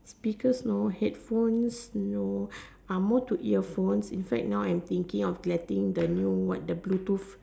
speakers no headphone no I am more to ear phones in fact now I am thinking of getting the new want the Bluetooth